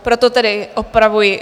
Proto tedy opravuji.